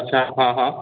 अछा हा हा